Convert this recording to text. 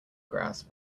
grass